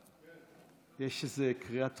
יש איזה קריאה דחופה.